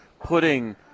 putting